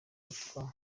rufatwa